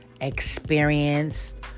experienced